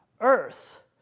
earth